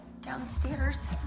downstairs